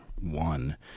one